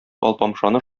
алпамшаны